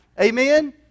Amen